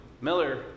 Miller